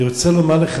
אני רוצה לומר לך,